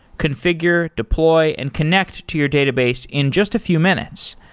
configure, deploy and connect to your database in just a few minutes.